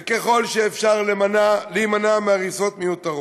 וככל שאפשר להימנע מהריסות מיותרות.